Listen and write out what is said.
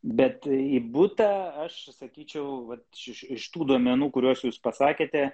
bet į butą aš sakyčiau vat iš tų duomenų kuriuos jūs pasakėte